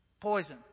Poison